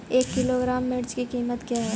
एक किलोग्राम मिर्च की कीमत क्या है?